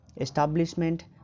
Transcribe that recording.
establishment